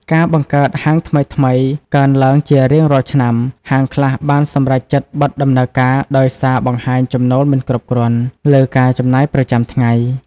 ការបង្កើតហាងថ្មីៗកើនឡើងជារៀងរាល់ឆ្នាំ ហាងខ្លះបានសម្រេចចិត្តបិទដំណើរការដោយសារបង្ហាញចំណូលមិនគ្រប់គ្រាន់លើការចំណាយប្រចាំថ្ងៃ។